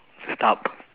stop